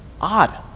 odd